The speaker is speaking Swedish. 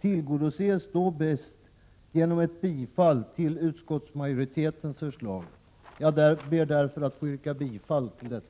förbättras då mest genom ett bifall till utskottsmajoritetens förslag. Jag ber därför att få yrka bifall till detta.